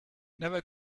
never